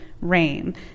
rain